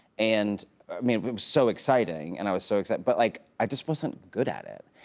and i mean it but was so exciting and i was so excited, but like i just wasn't good at it.